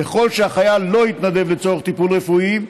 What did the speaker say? ככל שהחייל לא התנדב לצורך טיפול רפואי,